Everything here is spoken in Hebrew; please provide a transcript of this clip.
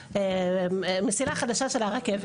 מסילה חדשה של הרכבת,